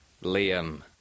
Liam